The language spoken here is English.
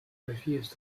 refused